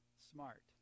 smart